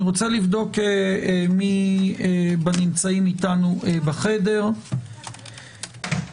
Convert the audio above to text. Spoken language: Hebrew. ממשרד המשפטים אני מבין שמשתתפים אתנו באמצעות הזום.